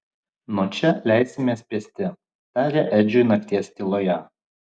nuo čia leisimės pėsti tarė edžiui nakties tyloje